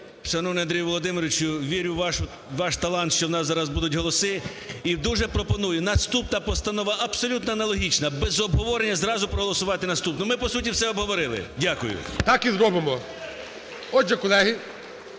Шановний Андрію Володимировичу, вірю у ваш талант, що у нас зараз будуть голоси. І дуже пропоную, наступна постанова абсолютно аналогічна, без обговорення зразу проголосувати наступну. Ми по суті все обговорили. Дякую. ГОЛОВУЮЧИЙ. Так і зробимо. Отже, колеги,